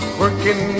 working